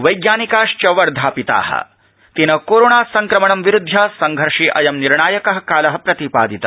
वज्ञानिकाश्च वर्धापिता कोरोणा संक्रमणं विरूध्य संघर्षे अयं निर्णायक कालः प्रतिपापित